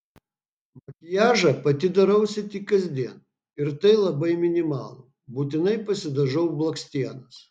makiažą pati darausi tik kasdien ir tai labai minimalų būtinai pasidažau blakstienas